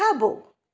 खाॿो